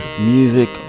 Music